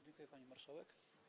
Dziękuję, pani marszałek.